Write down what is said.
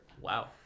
Wow